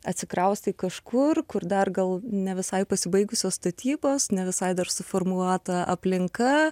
atsikraustai kažkur kur dar gal ne visai pasibaigusios statybos ne visai dar suformuota aplinka